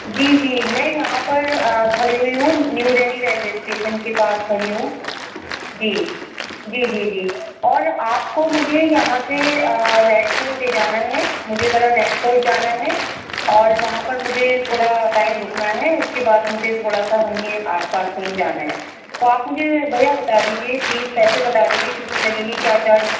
جی جی میں یہاں پر کھڑی ہوئی ہوں نیو ڈلہی ریلوے اسٹیشن کے پاس کھڑی ہوں جی جی جی جی اور آپ کو مجھے یہاں سے ریڈ فورٹ لے جانا ہے مجھے ذرا ریڈ فورٹ جانا ہے اور وہاں پر مجھے تھوڑا ٹائم رُکنا ہے اُس کے بعد مجھے تھوڑا سا وہیں آس پاس کہیں جانا ہے تو آپ مجھے بھیا بتا دیجیے پلیز پیسے بتا دیجیے کتنے لگیں گے کیا چارج